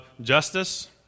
justice